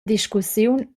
discussiun